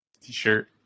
T-shirt